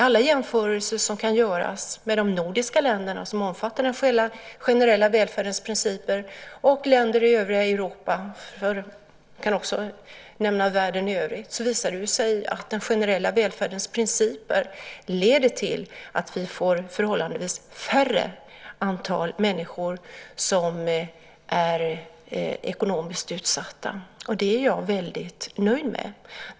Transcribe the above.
Alla jämförelser som omfattar den generella välfärdens principer som kan göras med de nordiska länderna, länder i Europa och i världen i övrigt visar att den generella välfärdens principer leder till att vi får förhållandevis färre antal människor som är ekonomisk utsatta. Det är jag väldigt nöjd med.